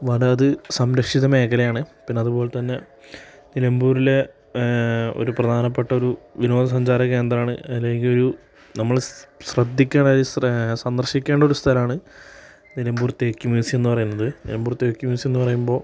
വനം അത് സംരക്ഷിത മേഖലയാണ് പിന്നെ അതുപോലെത്തന്നെ നിലമ്പൂരിലെ ഒരു പ്രധാനപ്പെട്ടൊരു വിനോദസഞ്ചാര കേന്ദ്രമാണ് അല്ലെങ്കിൽ ഒരു നമ്മൾ ശ്രദ്ധിക്കാനായി സന്ദർശിക്കേണ്ടൊരു സ്ഥലമാണ് നിലമ്പൂർ തേക്ക് മ്യൂസിയം എന്നു പറയുന്നത് നിലമ്പൂർ തേക്ക് മ്യൂസിയം എന്നു പറയുമ്പോൾ